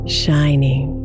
shining